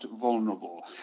vulnerable